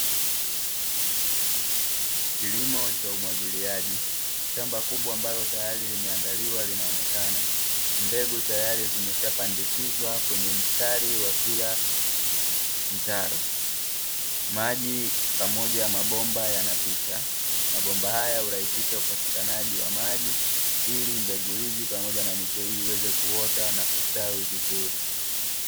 Kilimo cha umwagiliaji shamba kubwa ambalo tayari limeandaliwa linaonekana, mbegu tayari zimeshapandikizwa kwenye mstari wa kila mtaro. Maji pamoja mabomba yanapita mabomba haya hurahisisha upatikanaji wa maji ili mbegu hizi pamoja na miche hii iweze kuota na kustawi vizuri.